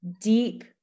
deep